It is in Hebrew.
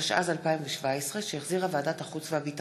התשע"ז 2017, שהחזירה ועדת החוץ והביטחון.